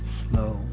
slow